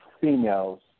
females